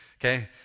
Okay